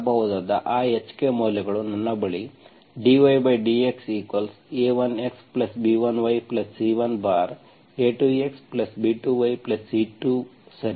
ನೀವು ಮಾಡಬಹುದಾದ ಆ hk ಮೌಲ್ಯಗಳು ನನ್ನ ಬಳಿ dydxa1xb1yc1a2xb2yc2